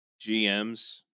GMs